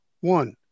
one